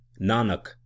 Nanak